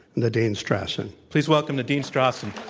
nadine strossen. please welcome nadine strossen.